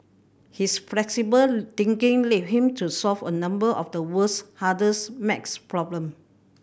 his flexible thinking led him to solve a number of the world's hardest maths problem